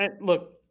Look